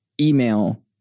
email